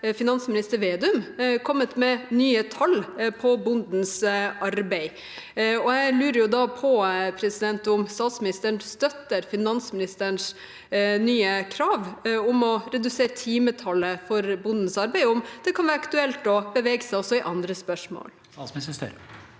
finansminister Vedum kommet med nye tall for bondens arbeid. Jeg lurer da på om statsministeren støtter finansministerens nye krav om å redusere timetallet for bondens arbeid, og om det kan være aktuelt å bevege seg også i andre spørsmål.